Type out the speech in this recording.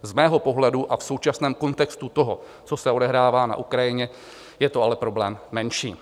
Z mého pohledu a v současném kontextu toho, co se odehrává na Ukrajině, je to ale problém menší.